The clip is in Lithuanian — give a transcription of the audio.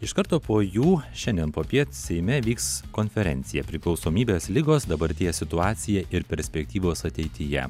iš karto po jų šiandien popiet seime vyks konferencija priklausomybės ligos dabarties situacija ir perspektyvos ateityje